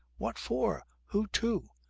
what for? who to?